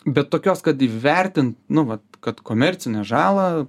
bet tokios kad įvertint nu va kad komercinę žalą